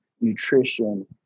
nutrition